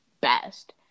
best